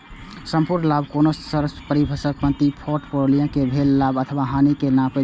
संपूर्ण लाभ कोनो परिसंपत्ति आ फोर्टफोलियो कें भेल लाभ अथवा हानि कें नापै छै